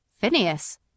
Phineas